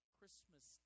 Christmas